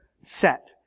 set